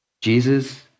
Jesus